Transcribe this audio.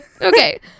Okay